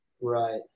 Right